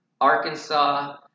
Arkansas –